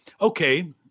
okay